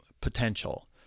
potential